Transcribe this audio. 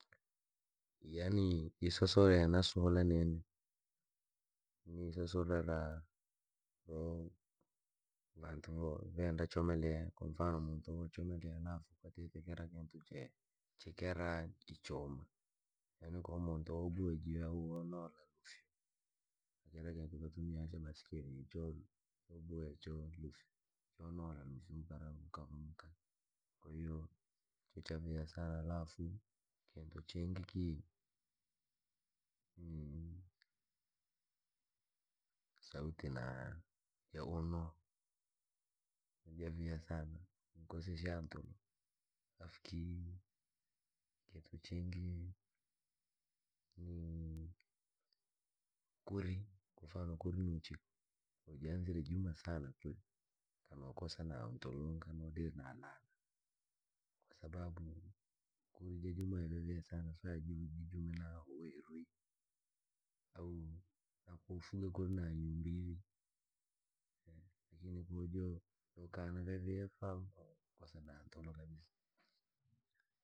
Yaani isoso re nasuula nini, ni isoso ra ra, voo, vantu voo venda chomelea kwafano muntu yochomelea alafu kwatite kira kintu che. chekerya, ichoma yani koo muntu ougue jiau onola lufyo, na kira kintu natumia cha baiskeli cholu chouboea. chonola luse unkalamu unka unka, kwahiyo ki chaviha saraa, halafu kintu chingi kii!, ni, sauti naa, ya uno, javiaiha sana, nkosesha ntulo, halafu kii- kikintu chiingi, nii, kuuri, kwamfano kuuri nuchiku, koo janzire juma sana kuuri, kanokosa a ntulo nkanodira na lala. kwasababu, kuuri jajuma vyaviha sana sa ja- jijume da werwi, au da ko wafugire da nyumbi, vikinekujuu yokana vyavie famboo nkosa ntulo kabisa.